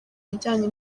bijyanye